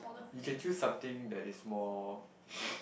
you can choose something that is more